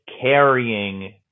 carrying